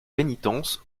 pénitences